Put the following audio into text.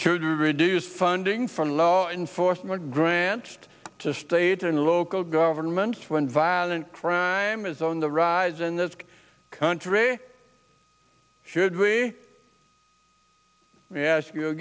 should reduce funding from law enforcement grant to state and local governments when violent crime is on the rise in this country should we ask you